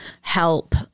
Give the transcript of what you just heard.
help